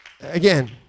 Again